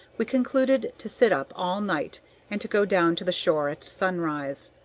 we concluded to sit up all night and to go down to the shore at sunrise,